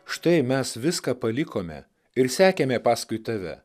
štai mes viską palikome ir sekėme paskui tave